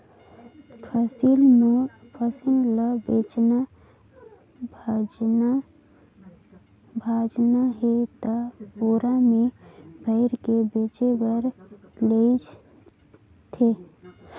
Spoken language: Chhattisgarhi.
फसिल ल बेचना भाजना हे त बोरा में भइर के बेचें बर लेइज थें